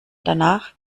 danach